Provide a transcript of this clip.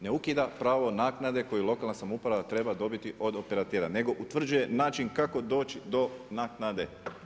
Ne ukida pravo naknade koji lokalna samouprava treba dobiti od operatera, nego utvrđuje način kako doći do naknade.